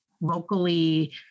locally